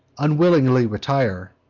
unwillingly retire,